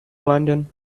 london